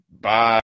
Bye